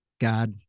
God